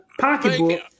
pocketbook